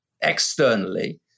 externally